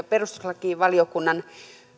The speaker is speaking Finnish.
perustuslakivaliokunnan